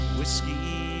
Whiskey